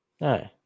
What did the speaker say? no